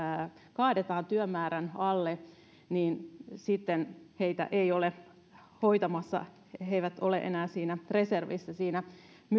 kaadetaan työmäärän alle niin sitten heitä ei ole hoitamassa he eivät ole enää reservissä siinä